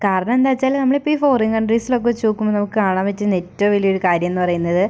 കാരണം എന്താണെന്ന് വെച്ചാൽ നമ്മളിപ്പം ഈ ഫോറിൻ കൺട്രീസിൽ ഒക്കെ വെച്ച് നോക്കുമ്പോൾ നമുക്ക് കാണാൻ പറ്റുന്ന ഏറ്റവും വലിയൊരു കാര്യം എന്ന് പറയുന്നത്